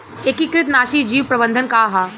एकीकृत नाशी जीव प्रबंधन का ह?